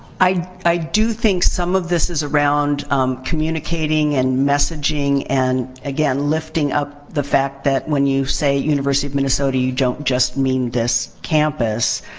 i i do think some of this is around communicating and messaging and, again, lifting up the fact that, when you say university of minnesota, you don't just mean this campus.